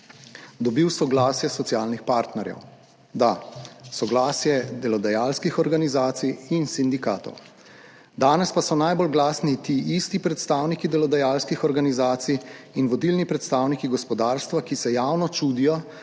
dobil soglasje socialnih partnerjev. Da, soglasje delodajalskih organizacij in sindikatov. Danes pa so najbolj glasni ti isti predstavniki delodajalskih organizacij in vodilni predstavniki gospodarstva, ki se javno čudijo,